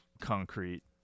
concrete